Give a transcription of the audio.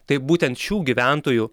tai būtent šių gyventojų